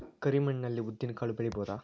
ಕರಿ ಮಣ್ಣ ಅಲ್ಲಿ ಉದ್ದಿನ್ ಕಾಳು ಬೆಳಿಬೋದ?